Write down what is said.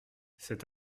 cet